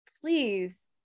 please